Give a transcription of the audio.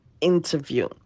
interview